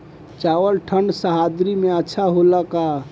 चावल ठंढ सह्याद्री में अच्छा होला का?